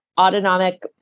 autonomic